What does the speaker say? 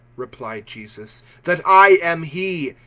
replied jesus, that i am he.